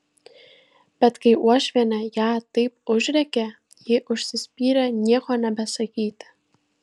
bet kai uošvienė ją taip užrėkė ji užsispyrė nieko nebesakyti